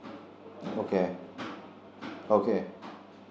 okay okay